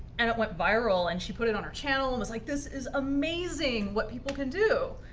and it went viral, and she put it on her channel, and was like, this is amazing, what people can do.